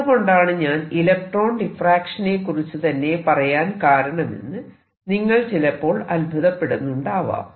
എന്തുകൊണ്ടാണ് ഞാൻ ഇലക്ട്രോൺ ഡിഫ്റാക്ഷനെ കുറിച്ച് തന്നെ പറയാൻ കാരണമെന്ന് നിങ്ങൾ ചിലപ്പോൾ അത്ഭുതപ്പെടുന്നുണ്ടാവാം